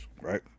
right